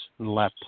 laptops